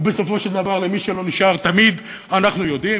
ובסופו של דבר למי שלא נשאר תמיד, אנחנו יודעים.